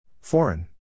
Foreign